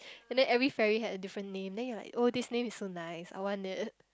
and then every fairy had a different name then you are like oh this name is so nice I want it